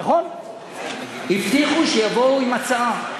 נכון, הבטיחו שיבואו עם הצעה.